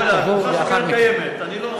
קרן קיימת, לאחר מכן.